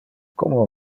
como